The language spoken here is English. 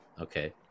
Okay